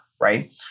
right